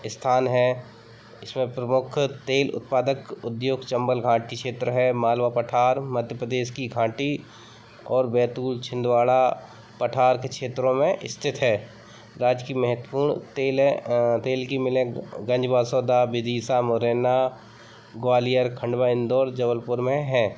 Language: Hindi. स्थान हैं इसमें प्रमुख तेल उत्पादक उद्योग चम्बल घाटी क्षेत्र है मालवा पठार मध्य प्रदेश की घाटी और बैतूल छिंदवाड़ा पठार के क्षेत्रों में स्थित है राज्य की महत्वपूर्ण तेलें तेल की मिलें गंजवसोदा विदिशा मोरैना ग्वालियर खांडवा इंदौर जबलपुर में हैं